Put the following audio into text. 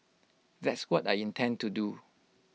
that's what I intend to do